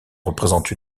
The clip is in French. représente